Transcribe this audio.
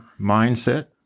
mindset